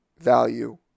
value